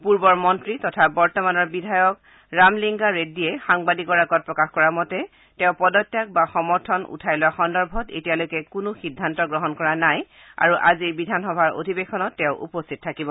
পূৰ্বৰ মন্ত্ৰী তথা বৰ্তমানৰ বিধায়ক ৰামালিংগা ৰেড্ডীয়ে সাংবাদিকৰ আগত প্ৰকাশ কৰা মতে তেওঁ পদত্যাগ বা সমৰ্থন উঠাই লোৱা সন্দৰ্ভত এতিয়ালৈকে কোনো সিদ্ধান্ত গ্ৰহণ কৰা নাই আৰু আজিৰ বিধানসভাৰ অধিৱেশনত তেওঁ উপস্থিত থাকিব